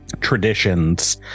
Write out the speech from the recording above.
traditions